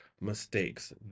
mistakes